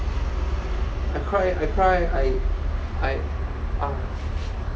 I cry I cry I I ah